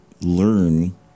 learn